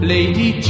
Lady